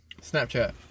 Snapchat